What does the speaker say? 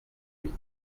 huit